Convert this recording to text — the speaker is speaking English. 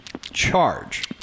charge